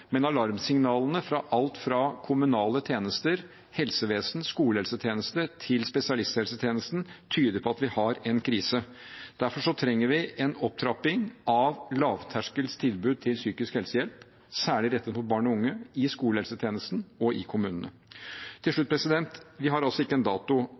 men alarmsignalene fra alt fra kommunale tjenester, helsevesen, skolehelsetjenesten til spesialisthelsetjenesten tyder på at vi har en krise. Derfor trenger vi en opptrapping av lavterskeltilbud til psykisk helsehjelp, særlig rettet mot barn og unge, i skolehelsetjenesten og i kommunene. Til slutt: Vi har altså ikke en dato.